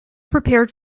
prepared